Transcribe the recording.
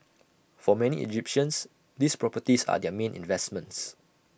for many Egyptians these properties are their main investments